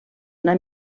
una